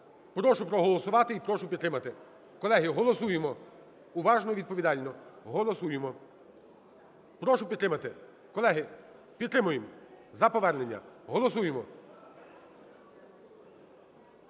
Прошу проголосувати і прошу підтримати. Колеги, голосуємо уважно і відповідально. Голосуємо. Прошу підтримати. Колеги, підтримуємо за повернення, голосуємо.